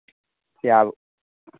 से आब